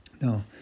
no